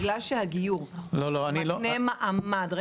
בגלל שהגיור, מקנה מעמד --- לא, לא.